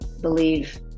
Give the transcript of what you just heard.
believe